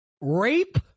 rape